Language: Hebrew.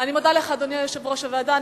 אני מודה לך, אדוני יושב-ראש הוועדה.